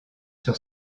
sur